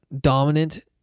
Dominant